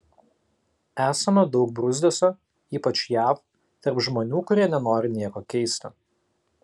esama daug bruzdesio ypač jav tarp žmonių kurie nenori nieko keisti